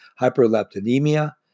hyperleptinemia